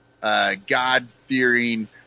God-fearing